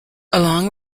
along